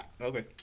Okay